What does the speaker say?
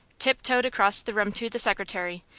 tiptoed across the room to the secretary,